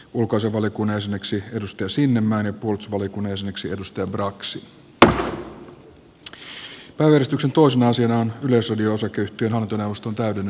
ulkoisen valiokunnan selväksi edustusinen maine bulls oli kunnes yksi ehdokaslistojen mukaisesti ulkoasiainvaliokunnan jäseneksi anni sinnemäen ja puolustusvaliokunnan jäseneksi tuija braxin